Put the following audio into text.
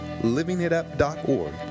livingitup.org